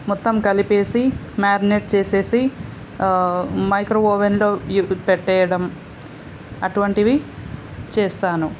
మొత్తం కలిపేసి మ్యార్నెట్ చేసేసి మైక్రో ఓవెన్లో ఇవి పెట్టేయడం అటువంటివి చేస్తాను